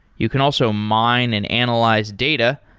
you can also mine and analyze data,